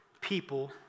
people